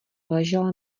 ležela